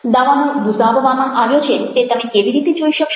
દાવાનળ બુઝાવવામાં આવ્યો છે તે તમે કેવી રીતે જોઇ શકશો